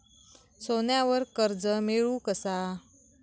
सोन्यावर कर्ज मिळवू कसा?